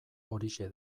horixe